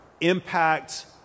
impact